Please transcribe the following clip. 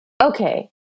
okay